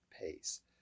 pace